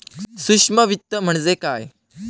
सूक्ष्म वित्त म्हणजे काय?